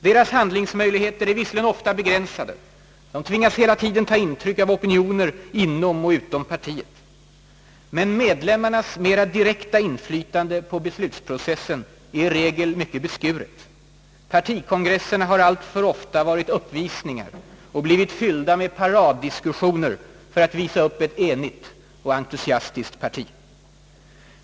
Deras handlingsmöjligheter är visserligen ofta begränsade, de tvingas hela tiden ta intryck av opinioner inom och utom partiet. Men medlemmarnas mera direkta inflytande på beslutsprocessen är i regel mycket beskuret. Partikongresserna har alltför ofta varit uppvisningar och blivit fyllda med paraddiskussioner för att visa upp ett enigt och entusiastiskt parti.